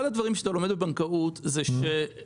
אחד הדברים שאתה לומד בבנקאות זה שלקוח